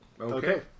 okay